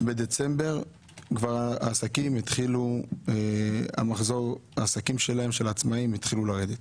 בדצמבר מחזור העסקים של העצמאיים התחיל לרדת.